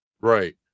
Right